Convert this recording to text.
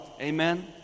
Amen